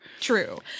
True